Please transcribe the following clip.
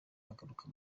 agaruka